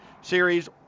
series